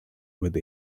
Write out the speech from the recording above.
with